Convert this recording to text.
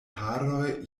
haroj